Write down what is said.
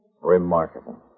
Remarkable